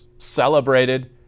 celebrated